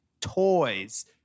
toys